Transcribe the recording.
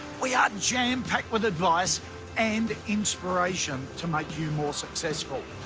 we are jam packed with advice and inspiration to make you more successful.